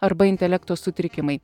arba intelekto sutrikimai